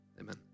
amen